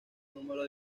número